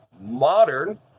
modern